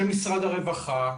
של משרד הרווחה,